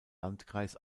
landkreis